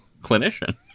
clinician